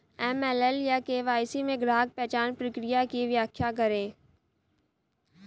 AML या KYC में ग्राहक पहचान प्रक्रिया की व्याख्या करें?